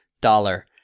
dollar